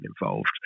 involved